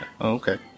Okay